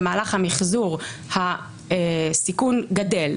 במהלך המיחזור הסיכון גדל,